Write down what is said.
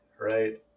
right